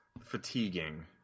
fatiguing